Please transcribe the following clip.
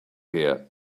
here